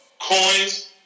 coins